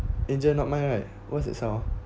angel not mind right what's that sound